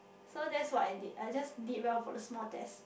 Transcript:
so that's what I did I just did well for the small test